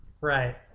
Right